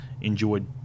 enjoyed